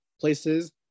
places